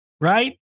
right